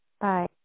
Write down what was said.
Bye